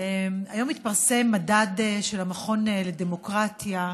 היום התפרסם מדד של המכון לדמוקרטיה,